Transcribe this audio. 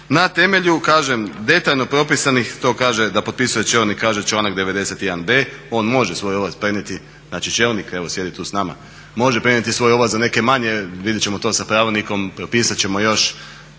na temelju kažem detaljno propisanih, to kaže da potpisuje čelnik, članak 91.b on može svoju ovlast prenijeti, znači čelnik evo sjedi tu s nama, može prenijeti svoju ovlast za neke manje, vidjet ćemo to sa pravilnikom, propisat ćemo još,